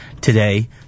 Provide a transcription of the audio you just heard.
today